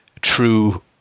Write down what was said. true